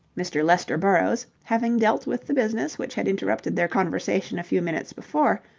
mr. lester burrowes, having dealt with the business which had interrupted their conversation a few minutes before,